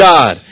God